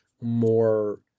more